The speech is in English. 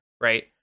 right